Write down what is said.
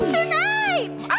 Tonight